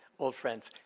old friends.